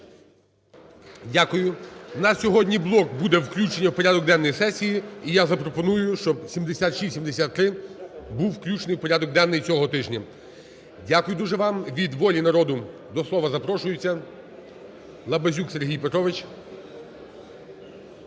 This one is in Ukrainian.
Дякую. У нас сьогодні блок буде "включення в порядок денний сесії" і я запропоную, щоб 7673 був включений в порядок денний цього тижня. Дякую дуже вам. Від "Волі народу" до слова запрошується Лабазюк Сергій Петрович.